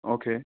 okay